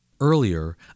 Earlier